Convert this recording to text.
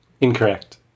Incorrect